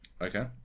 Okay